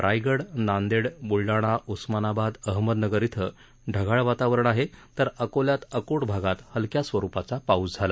रायगड नांदेड बुलडाणा उस्मानाबाद अहमदनगर अं ढगाळ वातावरण आहे तर अकोल्यात अकोट भागात हलक्या स्वरूपाचा पाऊस झाला